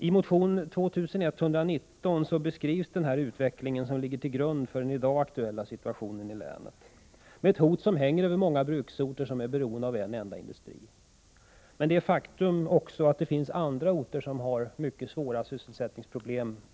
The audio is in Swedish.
I motionen 2119 beskrivs den utveckling som ligger till grund för den i dag aktuella situationen i länet, med ett hot som hänger över många bruksorter genom deras beroende av en enda industri. Också andra orter i länet har mycket svåra sysselsättningsproblem.